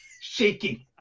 shaking